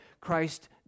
Christ